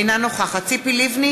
אינה נוכחת ציפי לבני,